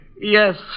Yes